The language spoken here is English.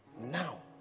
now